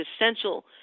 essential